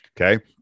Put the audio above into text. Okay